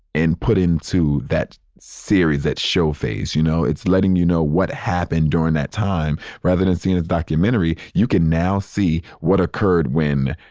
and put into that series, that show phase. you know, it's letting you know what happened during that time rather than seeing a documentary. you can now see what occurred when,